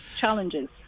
challenges